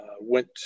went